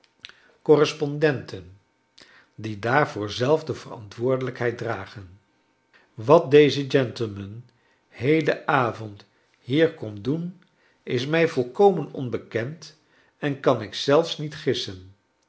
correspondenten die daarvoor zelf de verantwoordelijkheid dragen wat deze gentleman heden avond hier komt doen is mij volkomen onbekend en kan ik zelfs niet gissen